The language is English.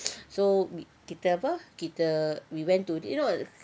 so kita apa kita we went to you know